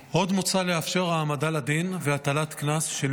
עוד מוצע לאפשר העמדה לדין והטלת קנס של מי